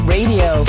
Radio